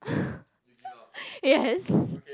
yes